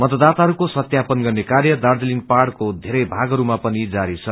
मतदााताहरूको सत्यापन गर्ने र्काय दार्जीलिङ पहाड़को धेरै भागहरूमा पनि जारी छ